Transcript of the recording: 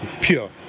pure